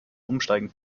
umsteigen